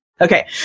okay